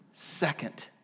Second